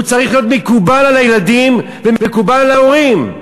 הוא צריך להיות מקובל על הילדים ומקובל על ההורים.